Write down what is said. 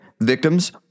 Victims